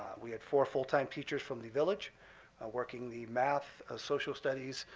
we had four full time teachers from the village working the math, ah social studies,